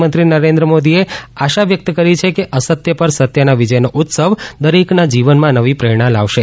પ્રધાનમંત્રી નરેન્દ્ર મોદીએ આશા વ્યક્ત કરી છે કે અસત્ય પર સત્યની વિજયનો ઉત્સવ દરેકના જીવનમાં નવી પ્રેરણા લાવશે